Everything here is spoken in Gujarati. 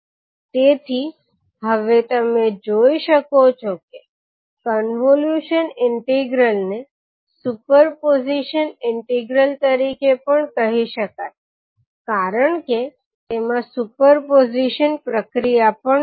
તેથી તમે હવે જોઈ શકો છો કે કન્વોલ્યુશન ઇન્ટિગ્રલ ને સુપર પોઝિશન ઇન્ટિગ્રલ તરીકે પણ કહી શકાય કારણ કે તેમાં સુપર પોઝિશન પ્રક્રિયા પણ છે